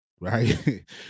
right